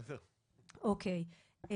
אוקי.